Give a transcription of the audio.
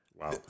Wow